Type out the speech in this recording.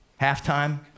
halftime